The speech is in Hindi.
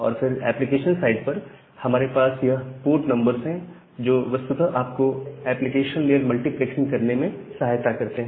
और फिर एप्लीकेशन साइड पर हमारे पास यह पोर्ट नंबर्स हैं जो वस्तुतः आपको एप्लीकेशन लेयर मल्टीप्लेक्सिंग करने में सहायता करते हैं